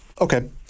Okay